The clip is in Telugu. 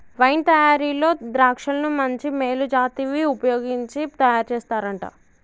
వైన్ తయారీలో ద్రాక్షలను మంచి మేలు జాతివి వుపయోగించి తయారు చేస్తారంట